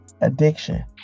addiction